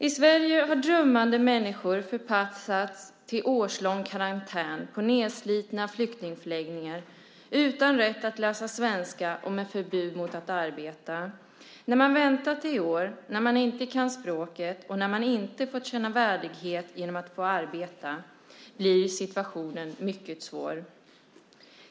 I Sverige har drömmande människor förpassats till årslång karantän på nedslitna flyktingförläggningar utan rätt att läsa svenska och med förbud att arbeta. När man väntat i åratal och när man inte kan språket och inte fått känna värdighet genom att få arbeta blir situationen mycket svår.